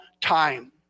time